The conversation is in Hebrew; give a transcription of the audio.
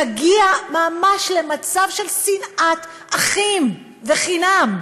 תגיע ממש למצב של שנאת אחים, חינם.